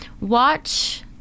watch